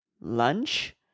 lunch